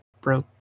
broke